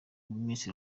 miss